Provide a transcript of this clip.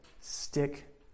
stick